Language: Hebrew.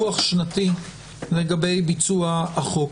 דוח שנתי לגבי ביצוע החוק.